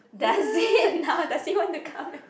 dustbin now does he want to come and